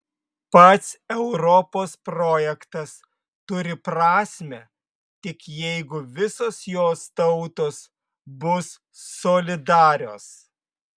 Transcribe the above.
pats europos projektas turi prasmę tik jeigu visos jos tautos bus solidarios